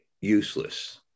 useless